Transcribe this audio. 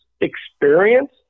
experience